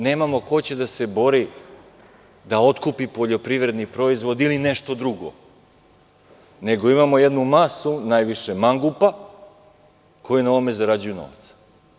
Nemamo ko će da se bori da otkupi poljoprivredni proizvod ili nešto drugo, nego imamo jednu masu, najviše mangupa koji na ovome zarađuju novac.